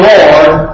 Lord